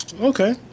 Okay